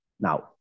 Now